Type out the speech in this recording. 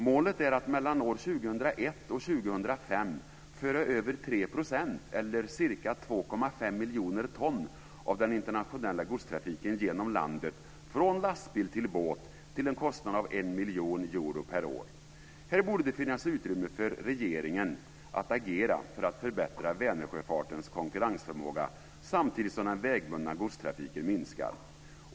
Målet är att mellan år 2001 och 2005 föra över 3 % eller ca 2,5 miljoner ton av den internationella godstrafiken genom landet från lastbil till båt till en kostnad av 1 miljon euro per år. Här borde det finnas utrymme för regeringen att agera för att förbättra Vänersjöfartens konkurrensförmåga samtidigt som den vägbundna godstrafiken minskar.